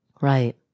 Right